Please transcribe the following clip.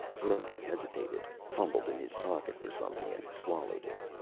grundy hesitated, fumbled in his pocket for something, and swallowed it.